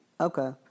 Okay